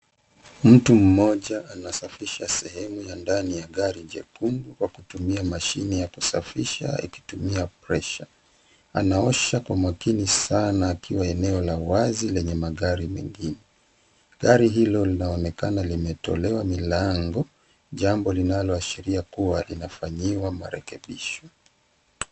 Mtu mmoja anasafisha sehemu ya ndani ya gari jekundu kwa kutumia mashine ya kusafisha ikitumia pressure . Anaosha kwa makini sana akiwa eneo la wazi lenye magari mengine. Gari hilo linaonekana limetolewa milango, jambo linaloashiria kuwa inafanyiwa marekebisho.